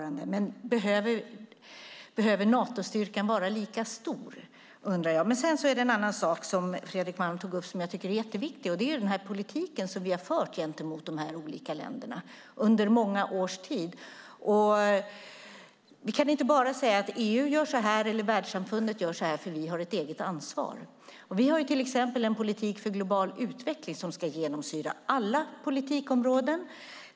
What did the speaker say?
Behöver Natostyrkan vara lika stor? Fredrik Malm tog upp en viktig sak. Det gäller den politik vi har fört gentemot dessa olika länder under många års tid. Vi kan inte bara säga att EU gör si och världssamfundet gör så; vi har ett eget ansvar. Vi har en politik för global utveckling som ska genomsyra alla politikområden.